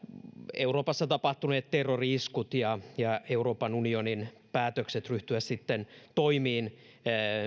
euroopassa tapahtuneet terrori iskut ja ja euroopan unionin päätökset ryhtyä sitten toimiin